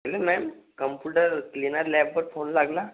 hello ma'am computer cleaner लॅबवर phone लागला